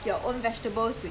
see whether they eat or not